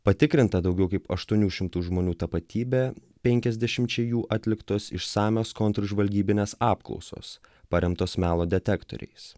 patikrinta daugiau kaip aštuonių šimtų žmonių tapatybė penkiasdešimčiai jų atliktos išsamios kontržvalgybinės apklausos paremtos melo detektoriais